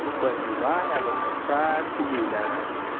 but do i have a surprise for you, nige.